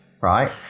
right